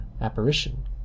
Apparition